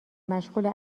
مشغول